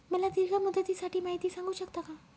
मला दीर्घ मुदतीसाठी माहिती सांगू शकता का?